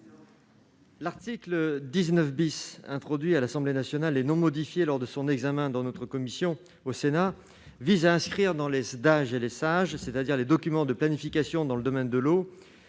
L'article 19 , introduit à l'Assemblée nationale et non modifié lors de son examen en commission au Sénat, vise à inscrire dans les Sdage et les SAGE, c'est-à-dire les documents de planification dans le domaine de l'eau,